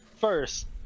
first